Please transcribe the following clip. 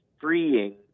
freeing